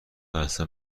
اصلا